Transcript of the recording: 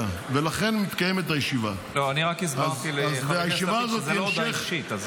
אני רק הסברתי לחבר הכנסת שזאת לא הודעה אישית.